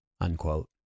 Unquote